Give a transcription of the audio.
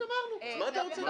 --- מה זאת אומרת, לא?